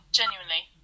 genuinely